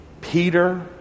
Peter